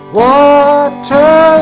water